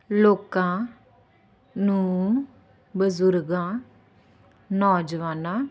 ਲੋਕਾਂ ਨੂੰ ਬਜ਼ੁਰਗਾਂ ਨੌਜਵਾਨਾਂ